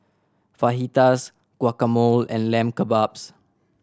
Fajitas Guacamole and Lamb Kebabs